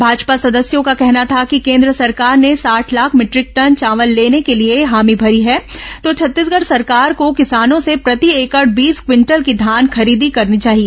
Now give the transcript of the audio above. भाजपा सदस्यों का कहना था कि केन्द्र सरकार ने साठ लाख मीटरिक टन चावल लेने के लिए हामी भरी है तो छत्तीसगढ़ सरकार को किसानों से प्रति एकड़ बीस क्विंटल की धान खरीदी करनी चाहिए